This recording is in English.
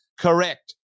correct